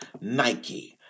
Nike